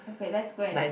okay let's go and